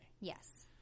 Yes